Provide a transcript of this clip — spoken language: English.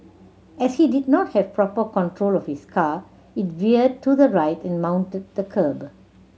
as he did not have proper control of his car it veered to the right and mounted the kerb